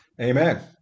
Amen